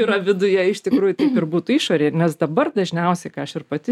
yra viduje iš tikrųjų ir būtų išorėj nes dabar dažniausiai ką aš ir pati